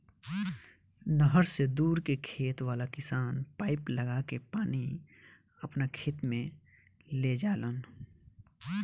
नहर से दूर के खेत वाला किसान पाइप लागा के पानी आपना खेत में ले जालन